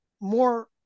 more